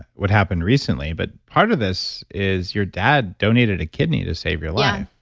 what happened recently, but part of this is your dad donated a kidney to save your life,